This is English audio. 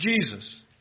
Jesus